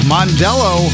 Mondello